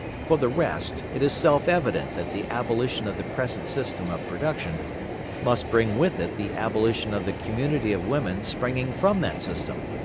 for the rest, it is self-evident that the abolition of the present system of production must bring with it the abolition of the community of women springing from that system,